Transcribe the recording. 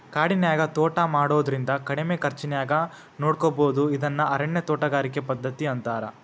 ಕಾಡಿನ್ಯಾಗ ತೋಟಾ ಮಾಡೋದ್ರಿಂದ ಕಡಿಮಿ ಖರ್ಚಾನ್ಯಾಗ ನೋಡ್ಕೋಬೋದು ಇದನ್ನ ಅರಣ್ಯ ತೋಟಗಾರಿಕೆ ಪದ್ಧತಿ ಅಂತಾರ